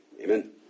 amen